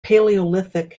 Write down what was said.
paleolithic